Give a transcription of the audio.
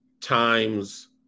times